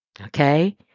Okay